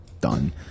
Done